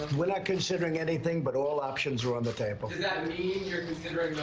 we're not considering anything, but all options are on the table. does that mean you're considering.